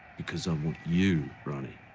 because i want you, ronny,